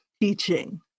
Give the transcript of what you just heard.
teaching